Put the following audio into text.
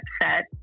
upset